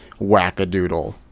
wackadoodle